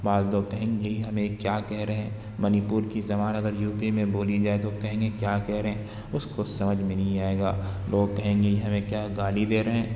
بعض لوگ کہیں گے یہ ہمیں کیا کہہ رہے ہیں منی پور کی زبان اگر یو پی میں بولی جائے تو کہیں گے کیا کہہ رہے ہیں اس کو کچھ سمجھ میں نہیں آئے گا لوگ کہیں گے یہ ہمیں کیا گالی دے رہے ہیں